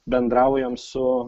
bendraujam su